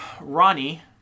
Ronnie